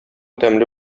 тәмле